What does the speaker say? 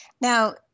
Now